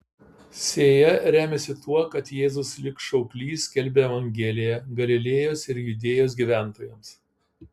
sėja remiasi tuo kad jėzus lyg šauklys skelbia evangeliją galilėjos ir judėjos gyventojams